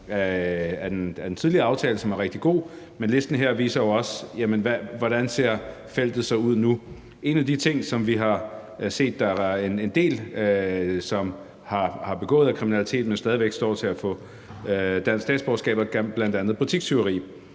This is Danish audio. af den tidligere aftale, som er rigtig god, men listen her viser jo også, hvordan feltet så ser ud nu. En af de ting, som vi har set, er, at der er en del, som har begået kriminalitet, men som jo stadig væk står til at få statsborgerskab, bl.a. nogle, der